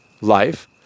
life